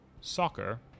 Soccer